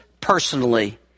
personally